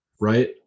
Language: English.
Right